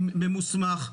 ממוסמך,